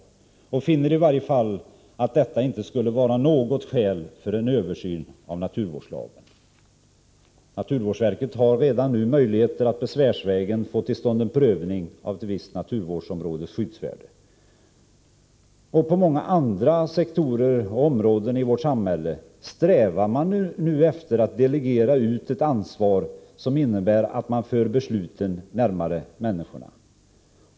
Utskottet finner i varje fall att detta inte skulle utgöra något skäl för en översyn av naturvårdslagen. Naturvårdsverket har redan nu möjligheter att besvärsvägen få till stånd en prövning av ett visst naturvårdsområdes skyddsvärde. Inom många andra sektorer och områden i vårt samhälle strävar man nu efter att delegera ansvaret, vilket innebär att man för besluten närmare människorna.